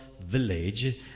village